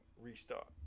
restart